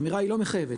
האמירה לא מחייבת,